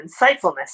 insightfulness